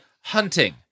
hunting